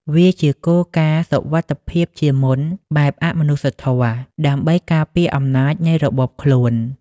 វាជាគោលការណ៍ «សុវត្ថិភាពជាមុន» បែបអមនុស្សធម៌ ដើម្បីការពារអំណាចនៃរបបខ្លួន។